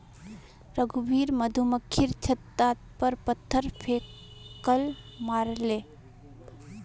रघुवीर मधुमक्खीर छततार पर पत्थर फेकई मारले